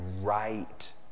right